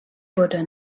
buddha